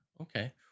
Okay